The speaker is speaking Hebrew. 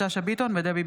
תודה.